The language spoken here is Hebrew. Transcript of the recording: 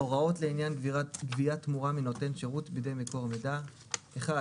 הוראות לעניין גביית תמורה מנותן שירות בידי מקור מידע (ׂ1)מקור